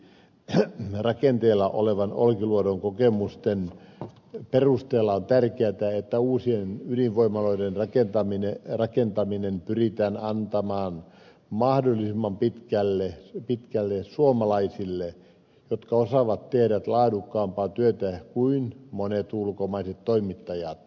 niinpä esimerkiksi rakenteilla olevan olkiluodon kokemusten perusteella on tärkeätä että uusien ydinvoimaloiden rakentaminen pyritään antamaan mahdollisimman pitkälle suomalaisille jotka osaavat tehdä laadukkaampaa työtä kuin monet ulkomaiset toimittajat